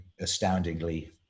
astoundingly